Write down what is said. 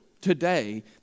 today